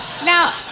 Now